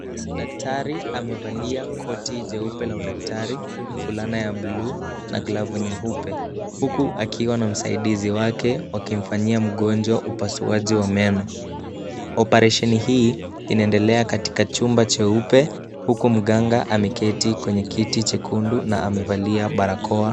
Daktari amevalia koti jeupe la udaktari, fulana ya buluu na fulana nyeupe huku akiwa na msaidizi wake wakimfanyia mgonjwa upasuaji wa meno. Operesheni hii inafanyika katika chumba jeupe huku mganga ameketi kwenye kiti jekundu na amevalia barakoa.